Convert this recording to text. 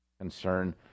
concern